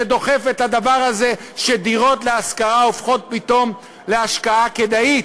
זה דוחף את הדבר הזה שדירות להשכרה הופכות פתאום להשקעה כדאית.